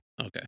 Okay